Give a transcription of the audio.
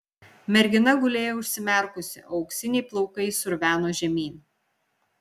mergina gulėjo užsimerkusi o auksiniai plaukai sruveno žemyn